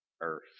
earth